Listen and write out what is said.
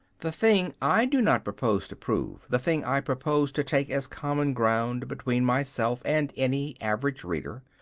the thing i do not propose to prove, the thing i propose to take as common ground between myself and any average reader,